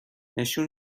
نشون